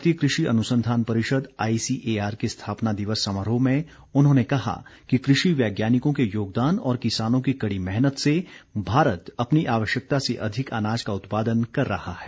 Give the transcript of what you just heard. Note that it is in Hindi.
भारतीय कृषि अनुसंधान परिषद आईसीएआर के स्थापना दिवस समारोह में उन्होंने कहा कि कृषि वैज्ञानिकों के योगदान और किसानों की कड़ी मेहनत से भारत अपनी आवश्यकता से अधिक अनाज का उत्पादन कर रहा है